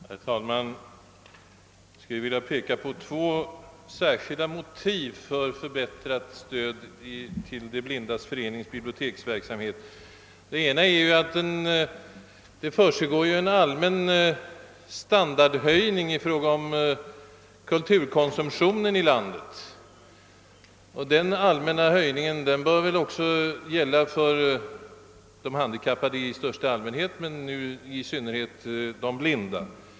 Herr talman! Jag skulle vilja peka på två särskilda motiv för förbättrat stöd till De blindas förenings biblioteksverksamhet. Det ena motivet är att det ju försiggår en allmän standardhöjning i fråga om kulturkonsumtionen i landet och den bör väl också komma de handikappade i största allmänhet, men nu de blinda i synnerhet, till del.